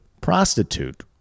prostitute